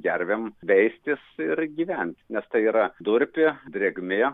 gervėm veistis ir gyvent nes tai yra durpė drėgmė